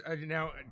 Now